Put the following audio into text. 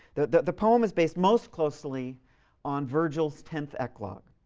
the the poem is based most closely on virgil's tenth eclogue.